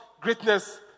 greatness